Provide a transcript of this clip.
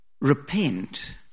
repent